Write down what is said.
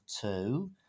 two